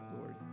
Lord